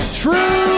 true